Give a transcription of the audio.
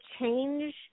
change